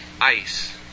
ice